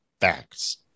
facts